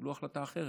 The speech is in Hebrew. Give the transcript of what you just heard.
יקבלו החלטה אחרת.